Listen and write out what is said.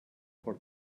for